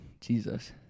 Jesus